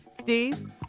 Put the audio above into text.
Steve